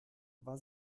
war